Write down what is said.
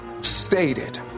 stated